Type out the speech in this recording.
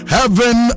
Heaven